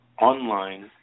online